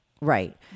right